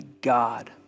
God